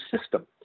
system